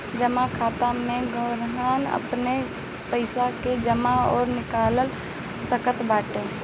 जमा खाता में ग्राहक अपनी पईसा के जमा अउरी निकाल सकत बाटे